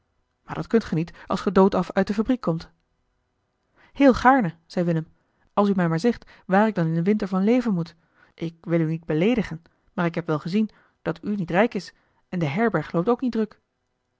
maar dat kunt ge niet als ge doodaf uit de fabriek komt heel gaarne zei willem als u mij maar zegt waar ik dan in den winter van leven moet ik wil u niet beleedigen maar ik heb wel gezien dat u niet rijk is en de herberg loopt ook niet druk